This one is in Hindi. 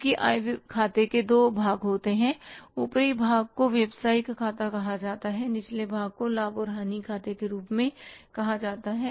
क्योंकि आय खाते के दो भाग होते हैं ऊपरी भाग को व्यवसायिक खाता कहा जाता है निचले हिस्से को लाभ और हानि खाते के रूप में कहा जाता है